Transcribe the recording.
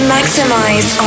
Maximize